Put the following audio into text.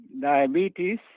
diabetes